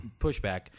pushback